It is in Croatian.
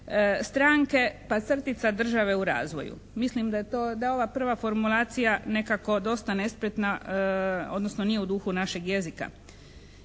stranke pa crtica države u razvoju. Mislim da ova prva formulacija nekako dosta nespretna, odnosno nije u duhu našeg jezika.